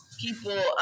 people